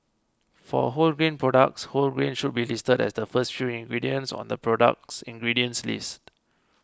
for wholegrain products whole grain should be listed as the first few ingredients on the product's ingredients list